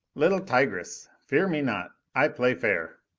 little tigress! fear me not i play fair!